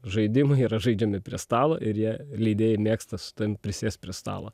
žaidimai yra žaidžiami prie stalo ir jie leidėjai mėgsta su tavim prisėst prie stalo